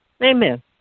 Amen